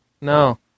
No